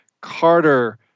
Carter